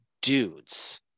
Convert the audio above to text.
dudes